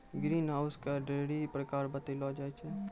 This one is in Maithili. ग्रीन हाउस के ढ़ेरी प्रकार बतैलो जाय छै